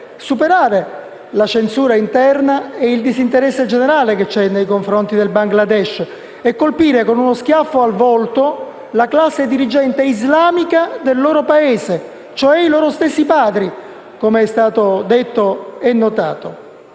superare la censura interna e il disinteresse generale che c'è nei confronti del Bangladesh, colpendo con uno schiaffo al volto la classe dirigente islamica del loro Paese, cioè i loro stessi padri, come è stato detto e notato.